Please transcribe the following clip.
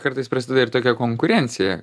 kartais prasideda ir tokia konkurencija